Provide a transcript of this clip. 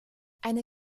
eine